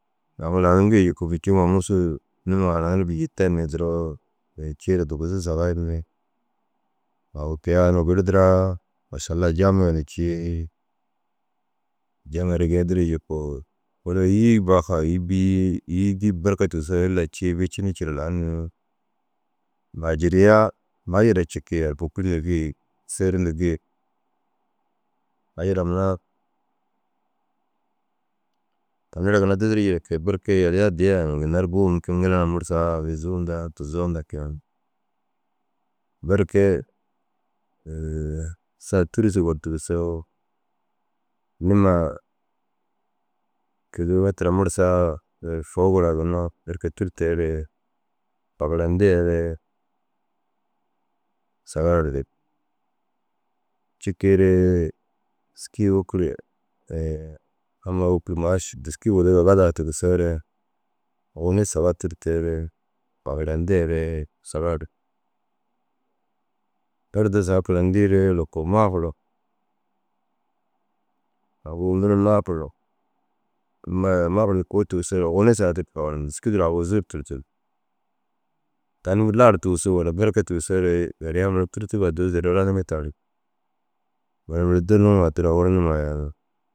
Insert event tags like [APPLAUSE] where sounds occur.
Taŋu lau aŋ gii yikuu ficuu huma Musuu nima haranirig yi ten ni duro cii ru dugusu saga eri ni. Kei a unnu girdiraa mašalla jaamiye na cii jaamiyaa ru ini geendirii jikuu kulo îyi baha îyi bîi îyi bîi belke tigisoo ille cii bicinii cire ru laar ni. Maajiririyaa maajira cikii agu bokor na gii sêsn na gii. Maajira mura na ina ara ginna dudurii jire kege berke yaliya addi aya ŋa ginna ru buu mûnkin ŋila hunaa mursaa aguzuu nda tuzoo nda kege. Berke [HESITATION] sa tûrusuu gortigisoo nima kilometira mursaa [HESITATION] foo gor ginna berke tûrteere fagayindeere saga erdig. Cikiiree dîski wôkir [HESITATION] amma wôkir maaši dîski wuduŋa gadar tigisoore owoni saga tûrteere fagarayindeere saga erdig. Erdoo saga karayindiiree loko maafur agu guru na maafur ammai maafur kuu tigisoore owoni saga tûrtu fagayindigi dîski duro aguzuu ru tûrtug. Tani ni lahar tigisu walla berke tigisoore yaliyaa mura tûrtuga duuzure ranirii taarig. Neere mire dirimoo addira owor numa yanii